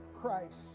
Christ